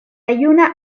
juna